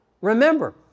Remember